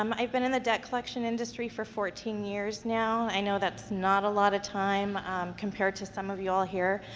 um i've been in the debt collection industry for fourteen years now. i know that's not a lot of time compared to some of you all here,